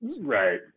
Right